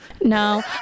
No